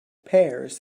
pears